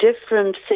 different